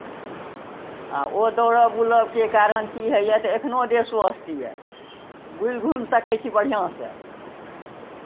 आ ओ दौड़ब बुलबके कारण की होइए तऽ एखनो देह स्वस्थ यए बुलि घुमि सकै छी बढ़िआँसँ